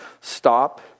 stop